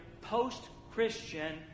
post-Christian